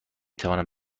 توانم